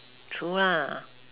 true lah